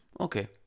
Okay